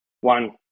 One